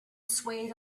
swayed